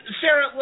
Sarah